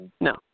No